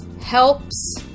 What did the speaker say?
helps